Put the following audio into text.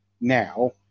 Now